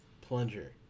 plunger